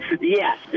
Yes